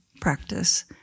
practice